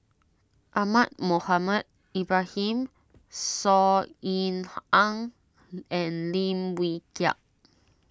Ahmad Mohamed Ibrahim Saw Ean Ang and Lim Wee Kiak